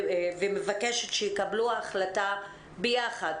ומבקשת שיקבלו החלטה ביחד